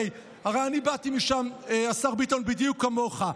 הרי אני באתי משם, השר ביטון, בדיוק כמוך.